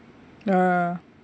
ya